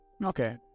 Okay